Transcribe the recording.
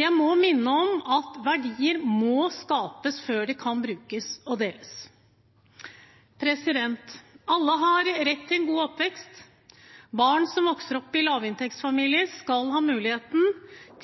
Jeg må minne om at verdier må skapes før de kan brukes og deles. Alle har rett til en god oppvekst. Barn som vokser opp i lavinntektsfamilier, skal ha muligheten